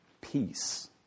peace